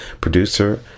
producer